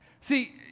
See